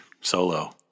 Solo